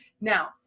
Now